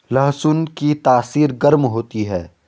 लहसुन की तासीर गर्म होती है